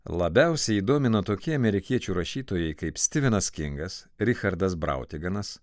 labiausiai jį domina tokie amerikiečių rašytojai kaip stivenas kingas richardas brautiganas